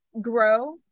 grow